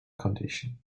condition